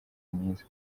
mwiza